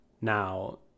Now